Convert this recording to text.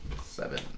Seven